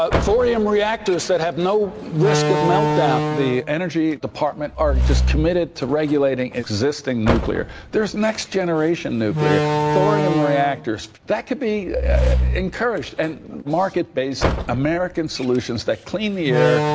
ah thorium reactors that have no risk of meltdown. the energy department are committed to regulating existing nuclear. there's next generation nuclear! thorium reactors! that could be encouraged. and market-based, american solutions that clean the air,